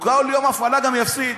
כל יום הפעלה גם יפסיד,